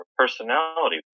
personality